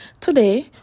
Today